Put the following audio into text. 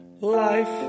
Life